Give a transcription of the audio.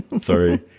Sorry